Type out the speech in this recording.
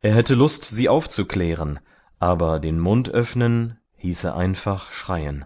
er hätte lust sie aufzuklären aber den mund öffnen hieße einfach schreien